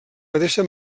mateixa